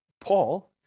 Paul